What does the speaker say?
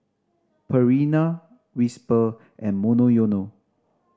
Purina Whisper and Monoyono